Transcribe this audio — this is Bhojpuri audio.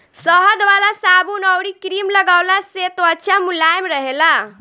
शहद वाला साबुन अउरी क्रीम लगवला से त्वचा मुलायम रहेला